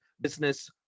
business